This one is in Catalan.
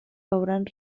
veuran